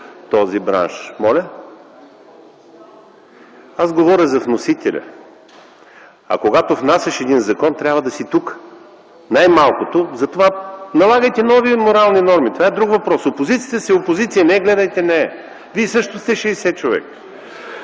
от ГЕРБ.) Моля? Аз говоря за вносителя. Когато внасяш един закон, трябва да си тук. Налагайте нови морални норми. Това е друг въпрос. Опозицията си е опозиция, не я гледайте нея. Вие също сте 60 човека.